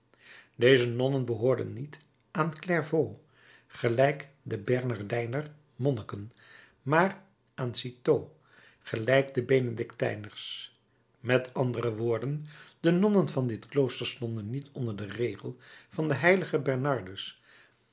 deze nonnen behoorden niet aan clairveaux gelijk de bernardijner monniken maar aan citeaux gelijk de benedictijners met andere woorden de nonnen van dit klooster stonden niet onder den regel van den h bernardus